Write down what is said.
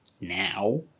now